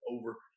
over